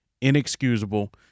Inexcusable